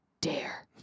dare